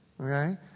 okay